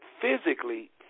physically